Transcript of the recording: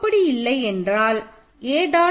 அப்படி இல்லை என்றால் a